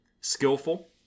skillful